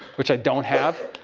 which i don't have.